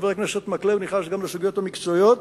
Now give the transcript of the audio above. חבר הכנסת מקלב נכנס גם לסוגיות המקצועיות.